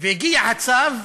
והגיע הצו,